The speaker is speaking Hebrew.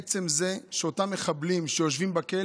עצם זה שאותם מחבלים שיושבים בכלא,